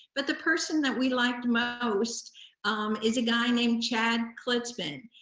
but the person that we liked most is a guy named chad klitzman,